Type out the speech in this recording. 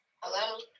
Hello